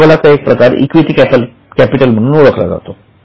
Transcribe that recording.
भांडवलाचा एक प्रकार इक्विटी कॅपिटल म्हणून ओळखला जातो